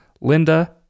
Linda